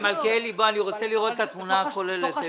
אני רוצה לראות את התמונה הכוללת.